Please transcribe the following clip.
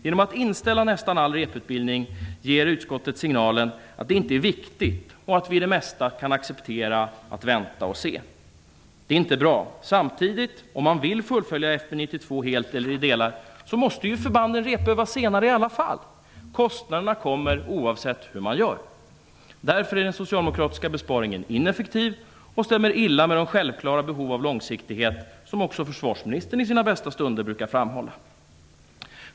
Genom att inställa nästan all reputbildning ger utskottet signalen att det inte är viktigt och att vi i det mesta kan acceptera att vänta och se. Det är inte bra. Samtidigt - om man vill fullfölja FB 92 helt eller i delar - måste ju förbanden repövas senare i alla fall. Kostnaderna uppstår oavsett hur man gör. Därför är den socialdemokratiska besparingen ineffektiv och stämmer illa med de självklara behov av långsiktighet som också försvarsministern i sina bästa stunder brukar framhålla.